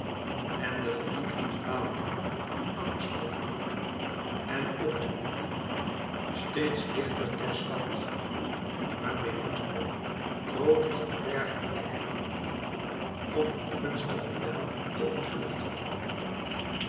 en de geliefden dwaalden angstiglijk en op hunne hoede steeds dichter ter stad waar melampo krotos verbergen wilde om in gunstiger wijl te ontvluchten